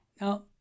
now